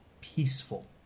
peaceful